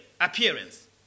appearance